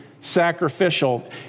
sacrificial